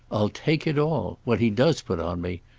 i'll take it all what he does put on me.